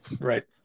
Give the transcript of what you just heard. Right